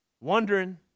wondering